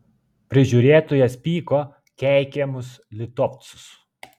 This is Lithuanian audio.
prižiūrėtojas pyko keikė mus litovcus